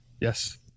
yes